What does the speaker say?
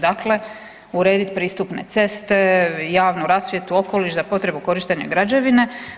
Dakle, urediti pristupne ceste, javnu rasvjetu, okoliš za potrebu korištenja građevine.